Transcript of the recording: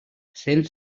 sent